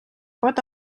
pot